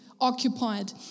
occupied